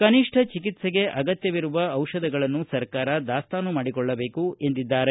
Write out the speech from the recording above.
ಕನಿಷ್ಠ ಚಿಕಿತ್ಸೆಗೆ ಅಗತ್ಯವಿರುವ ಔಷಧಗಳನ್ನು ಸರ್ಕಾರ ದಾಸ್ತಾನು ಮಾಡಿಕೊಳ್ಳಬೇಕು ಎಂದಿದ್ದಾರೆ